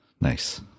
Nice